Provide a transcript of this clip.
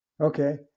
Okay